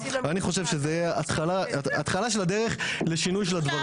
אז אני חושב שזאת תהיה ההתחלה של הדרך לשינוי של המצב.